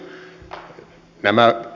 herra puhemies